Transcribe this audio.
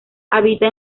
habita